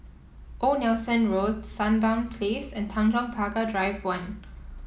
Old Nelson Road Sandown Place and Tanjong Pagar Drive One